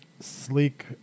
sleek